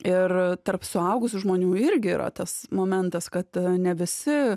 ir tarp suaugusių žmonių irgi yra tas momentas kad ne visi